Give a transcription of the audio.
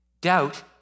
Doubt